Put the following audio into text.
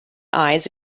eyes